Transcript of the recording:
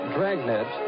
Dragnet